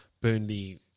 Burnley